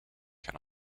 can